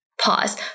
Pause